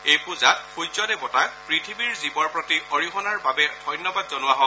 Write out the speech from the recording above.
এই পুজাত সূৰ্যদেৱতাক পুথিৱীৰ জীৱৰ প্ৰতি অৰিহণাৰ বাবে ধন্যবাদ জনোৱা হয়